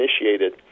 initiated